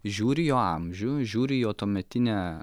žiūri į jo amžių žiūri į jo tuometinę